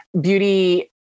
beauty